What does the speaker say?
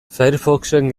firefoxen